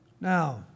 Now